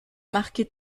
marqué